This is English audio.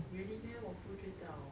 really meh 我不知道